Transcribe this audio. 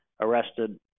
arrested